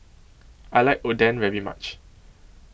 I like Oden very much